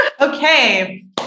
Okay